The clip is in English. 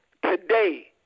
Today